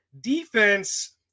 Defense